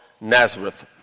Nazareth